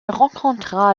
rencontra